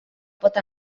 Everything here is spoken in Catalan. pot